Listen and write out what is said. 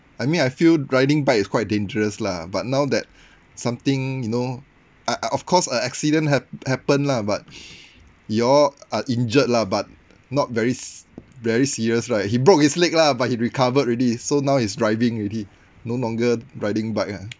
I mean I feel riding bike is quite dangerous lah but now that something you know I I of course a accident ha~ happened lah but you all are injured lah but not very s~ very serious right he broke his leg lah but he recovered already so now he's driving already no longer riding bike ah